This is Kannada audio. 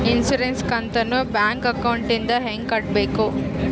ಇನ್ಸುರೆನ್ಸ್ ಕಂತನ್ನ ಬ್ಯಾಂಕ್ ಅಕೌಂಟಿಂದ ಹೆಂಗ ಕಟ್ಟಬೇಕು?